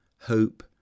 hope